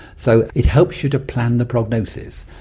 so it helps you to plan the prognosis.